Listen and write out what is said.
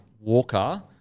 Walker